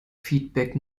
feedback